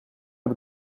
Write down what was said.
heb